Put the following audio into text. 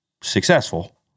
successful